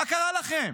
מה קרה לכם?